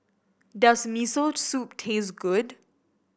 does Miso Soup taste good